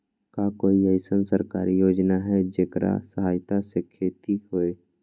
का कोई अईसन सरकारी योजना है जेकरा सहायता से खेती होय?